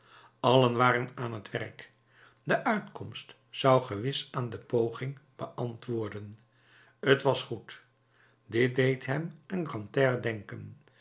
allen waren aan t werk de uitkomst zou gewis aan de poging beantwoorden t was goed dit deed hem aan grantaire denken